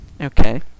Okay